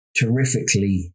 terrifically